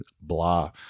blah